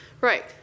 Right